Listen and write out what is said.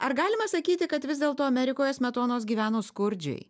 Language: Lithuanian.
ar galima sakyti kad vis dėlto amerikoje smetonos gyveno skurdžiai